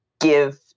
give